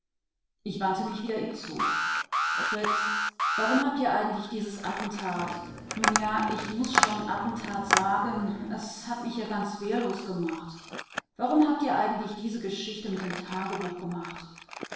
ich wandte mich ihm wieder zu fritz warum habt ihr eigentlich dieses attentat nun ja ich muß schon attentat sagen es hat mich ja ganz wehrlos gemacht warum habt ihr eigentlich diese geschichte mit dem tagebuch gemacht